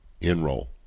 Enroll